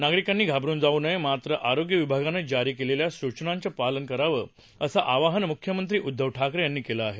नागरिकांनी घाबरुन जाऊ नये मात्र आरोग्य विभागानं जारी केलेल्या सूचनांचं पालन करावं असं आवाहन मुख्यमंत्री उद्दव ठाकरे यांनी केलं आहे